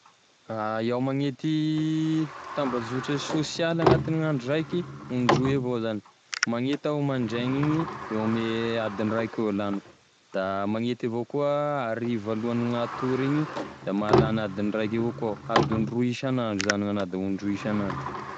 Iaho magnety tambazotra saosialy agnatign'andro raiky ondroy avao zany magnety aho mandraigny igny eo ame adiny raiky eo e laniko, da magnety avao koa hariva alohagn'hatory da mahalany adiny raika avao koa aho adiny roy isan'andro zany gn'agnahy da ondroy isan'andro.